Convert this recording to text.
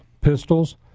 pistols